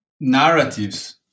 narratives